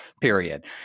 period